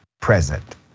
present